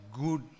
good